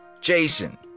Jason